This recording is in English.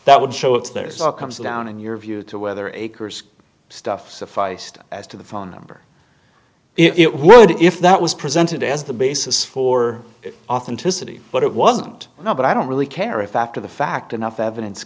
that would show it's there it's all comes down in your view to whether a cursed stuff sufficed as to the phone number it would if that was presented as the basis for authenticity but it wasn't now but i don't really care if after the fact enough evidence